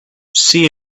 see